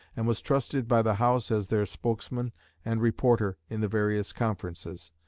and was trusted by the house as their spokesman and reporter in the various conferences.